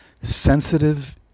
sensitive